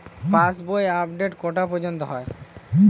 পাশ বই আপডেট কটা পর্যন্ত হয়?